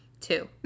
two